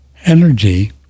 energy